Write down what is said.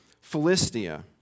Philistia